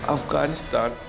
Afghanistan